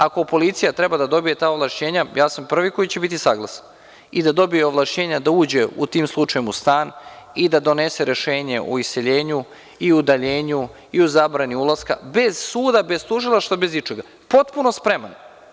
Ako policija treba da dobije ta ovlašćenja, ja sam privi koji će biti saglasan i da dobije ovlašćenja da uđe u tim slučajevima u stan, i da donese rešenje o iseljenju i udaljenju, i u zabrani ulaska bez suda, bez tužilaštva, bez ičega, potpuno spreman.